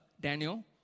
Daniel